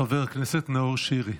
חבר הכנסת נאור שירי,